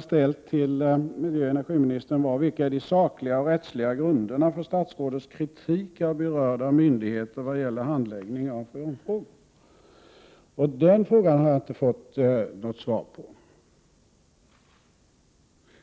till miljöoch energiministern: Vilka är de sakliga och rättsliga grunderna för statsrådets kritik av berörda myndigheter vad gäller handläggning av freonfrågor? Den frågan har jag inte fått något svar på.